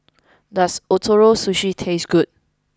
does Ootoro Sushi taste good